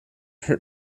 hurt